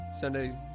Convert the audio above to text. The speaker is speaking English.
Sunday